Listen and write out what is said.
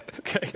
Okay